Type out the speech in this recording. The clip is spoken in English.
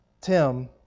Tim